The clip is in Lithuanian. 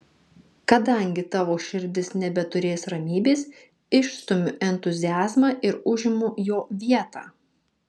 kadangi tavo širdis nebeturės ramybės išstumiu entuziazmą ir užimu jo vietą